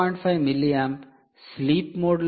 5 mA sleep mode లో ఉన్నప్పుడు 0